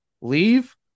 leave